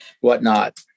whatnot